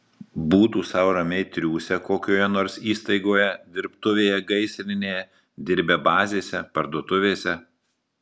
būtų sau ramiai triūsę kokioje nors įstaigoje dirbtuvėje gaisrinėje dirbę bazėse parduotuvėse